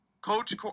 Coach